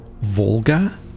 Volga